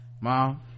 Mom